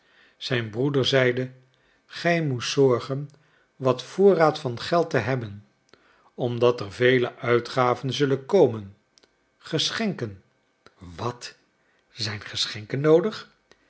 zijn broeder zeide gij moest zorgen wat voorraad van geld te hebben omdat er vele uitgaven zullen komen geschenken wat zijn geschenken noodig